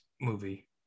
movie